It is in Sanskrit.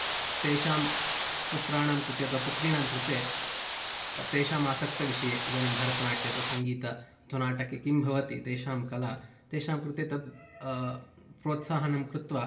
तेषां पुत्राणां कृते अथवा पुत्रीणां कृते तेषां आसक्तविषये इदानिं भरतनाट्य अथवा सङ्गीता अथवा नाटके किं भवति तेषां कला तेषां कृते तत् प्रोत्साहनं कृत्वा